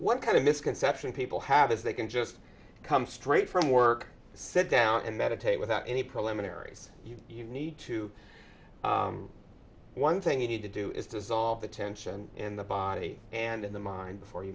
what kind of misconception people have is they can just come straight from work sit down and meditate without any preliminary you need to one thing you need to do is dissolve the tension in the body and in the mind before you